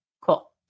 Cool